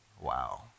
Wow